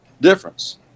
difference